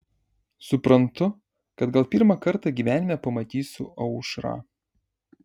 suprantu kad gal pirmą kartą gyvenime pamatysiu aušrą